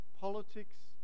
Politics